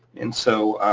and so,